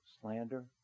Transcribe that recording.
slander